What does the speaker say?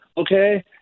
Okay